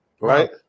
right